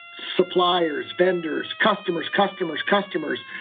suppliers, vendors, customers, customers, customers,